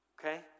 okay